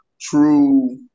true